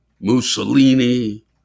Mussolini